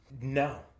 No